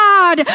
God